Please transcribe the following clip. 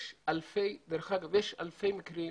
דרך אגב, יש אלפי מקרים